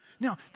Now